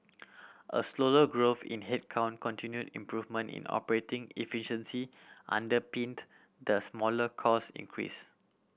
a slower growth in headcount continued improvement in operating efficiency underpinned the smaller cost increase